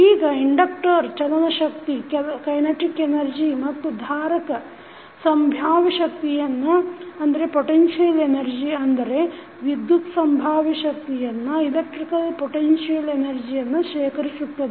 ಈಗ ಇಂಡಕ್ಟರ್ ಚಲನಶಕ್ತಿಯನ್ನು ಮತ್ತು ಧಾರಕ ಸಂಭಾವ್ಯ ಶಕ್ತಿಯನ್ನು ಅಂದರೆ ವಿದ್ಯುತ್ ಸಂಭಾವ್ಯ ಶಕ್ತಿಯನ್ನು ಶೇಖರಿಸುತ್ತದೆ